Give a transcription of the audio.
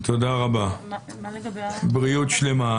בריאות שלמה.